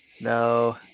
No